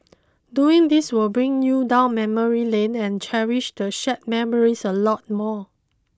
doing this will bring you down memory lane and cherish the shared memories a lot more